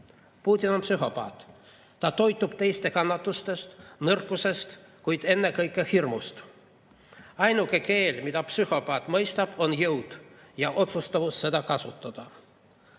Putin on psühhopaat, ta toitub teiste kannatustest, nõrkusest, kuid ennekõike hirmust. Ainuke keel, mida psühhopaat mõistab, on jõud ja otsustavus seda kasutada.